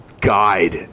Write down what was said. guide